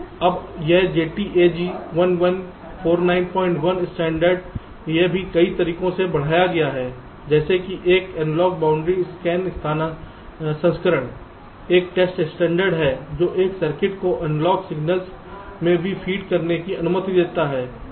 अब यह JTAG 11491 standard यह भी कई तरीकों से बढ़ाया गया है जैसे कि एक एनालॉग बाउंड्री स्कैन संस्करण एक टेस्ट स्टैण्डर्ड है जो एक सर्किट को एनालॉग सिग्नल्स से भी फीड कराने की अनुमति देता है